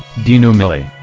dino melaye,